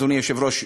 אדוני היושב-ראש,